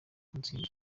ntsinzi